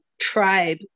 tribe